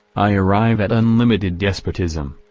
i arrive at unlimited despotism.